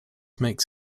makes